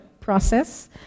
process